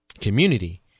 community